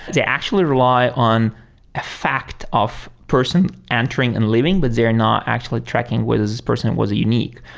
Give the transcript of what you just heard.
they actually rely on a fact of person entering and leaving, but they're not actually tracking whether this person was unique.